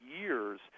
years